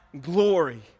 glory